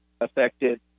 affected